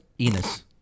Enos